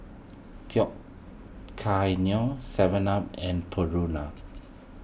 Tao Kae Noi Seven Up and Purina